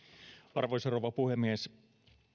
arvoisa rouva puhemies